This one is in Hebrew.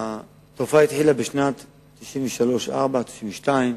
התופעה התחילה בשנת 1992, 1993, 1994,